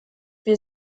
wir